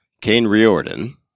Kane-Riordan